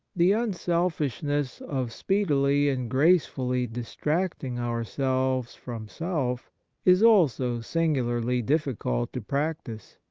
the unselfishness of speedily and grace fully distracting ourselves from self is also singularly difficult to practise.